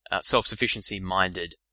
self-sufficiency-minded